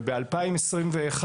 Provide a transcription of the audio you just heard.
ובשנת 2020,